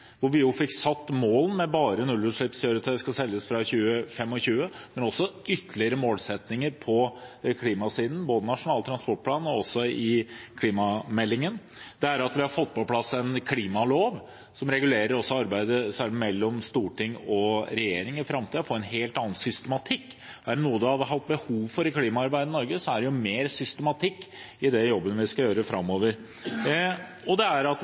fikk satt mål om at bare nullutslippskjøretøy skal selges fra 2025, eller det er ytterligere målsettinger på klimasiden, både i Nasjonal transportplan og i klimameldingen. Vi har fått på plass en klimalov som regulerer arbeidet mellom storting og regjering i framtiden med en helt annen systematikk. Er det noe vi har hatt behov for i klimaarbeidet i Norge, er det mer systematikk i den jobben vi skal gjøre framover. Og det er enighet om at